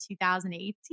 2018